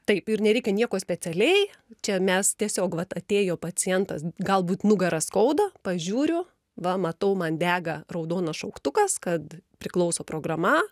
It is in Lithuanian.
taip ir nereikia nieko specialiai čia mes tiesiog vat atėjo pacientas galbūt nugarą skauda pažiūriu va matau man dega raudonas šauktukas kad priklauso programa